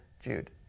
Jude